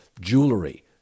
jewelry